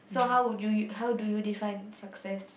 so how would you how do you define success